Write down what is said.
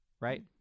Right